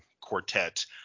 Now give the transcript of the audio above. quartet